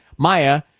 Maya